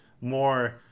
more